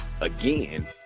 again